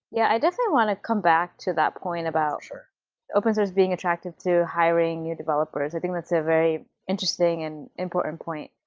yeah, i definitely want to come back to that point about open-source being attracted to hiring new developers. i think that's a very interesting and important point.